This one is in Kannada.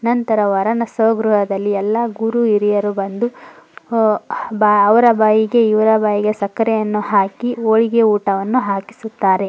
ನಂತರ ವರನ ಸ್ವಗೃಹದಲ್ಲಿ ಎಲ್ಲ ಗುರು ಹಿರಿಯರು ಬಂದು ಬಾ ಅವರ ಬಾಯಿಗೆ ಇವರ ಬಾಯಿಗೆ ಸಕ್ಕರೆಯನ್ನು ಹಾಕಿ ಹೋಳಿಗೆ ಊಟವನ್ನು ಹಾಕಿಸುತ್ತಾರೆ